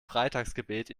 freitagsgebet